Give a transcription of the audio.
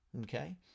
okay